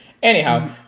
Anyhow